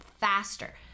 faster